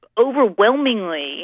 overwhelmingly